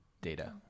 data